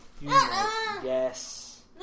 Yes